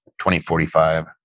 2045